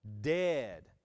dead